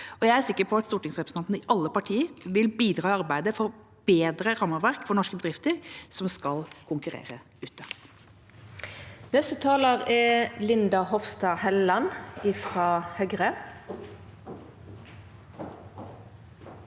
jeg er sikker på at stortingsrepresentantene i alle partier vil bidra i arbeidet for å bedre rammeverket for norske bedrifter som skal konkurrere ute. Linda Hofstad Helleland (H)